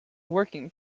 working